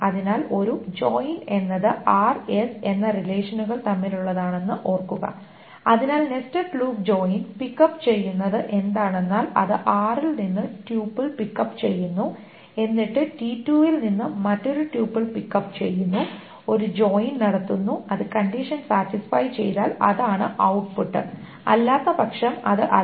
അതിനാൽ ഒരു ജോയിൻ എന്നത് r s എന്ന റിലേഷനുകൾ തമ്മിലുള്ളതാണെന്നു ഓർക്കുക അതിനാൽ nested loop join pick up ചെയ്യുന്നത് എന്താണെന്നാൽ അത് r ൽ നിന്ന് ട്യൂപ്പിൾ പിക്ക് അപ്പ് ചെയ്യുന്നു എന്നിട്ട് t2 ൽ നിന്ന് മറ്റൊരു ട്യൂപ്പിൾ പിക്ക് അപ്പ് ചെയ്യുന്നു ഒരു ജോയിൻ നടത്തുന്നു അത് കണ്ടിഷൻ സാറ്റിസ്ഫൈ ചെയ്താൽ അതാണ് ഔട്ട്പുട്ട് അല്ലാത്തപക്ഷം അത് അല്ല